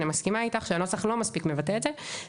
אני מסכימה איתך שהנוסח לא מספיק מבטא את זה.